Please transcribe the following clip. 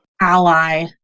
ally